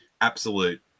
absolute